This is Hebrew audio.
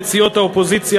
את סיעות האופוזיציה,